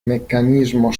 meccanismo